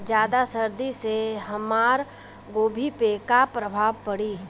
ज्यादा सर्दी से हमार गोभी पे का प्रभाव पड़ी?